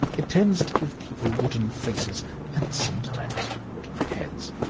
it tends to give people wooden faces and sometimes wooden heads.